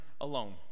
alone